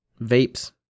vapes